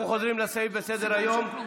אנחנו חוזרים לסעיף בסדר-היום,